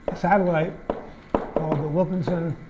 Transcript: satellite called the wilkinson